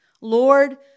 Lord